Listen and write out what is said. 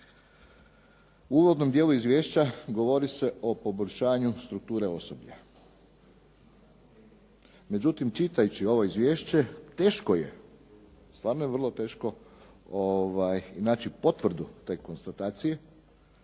u uvodnom dijelu izvješća govori se o poboljšanju strukture osoblja. Međutim, čitajući ovo izvješće teško je, stvarno je vrlo teško naći potvrdu te konstatacije